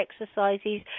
exercises